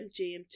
GMT